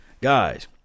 guys